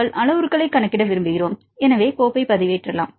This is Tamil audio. நாங்கள் அளவுருக்களைக் கணக்கிட விரும்புகிறோம் எனவே கோப்பை பதிவேற்றலாம்